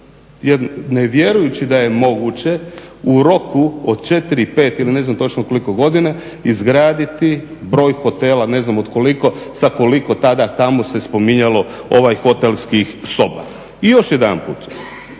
ne vjerujući da je moguće u roku od 4, 5 ili ne znam koliko godina izraditi broj hotela ne znam od koliko, sa koliko tada tamo se spominjalo hotelskih soba. I još jedanput